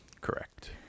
Correct